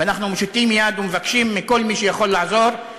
ואנחנו מושיטים יד ומבקשים מכל מי שיכול לעזור,